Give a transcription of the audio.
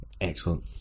Excellent